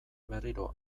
berriro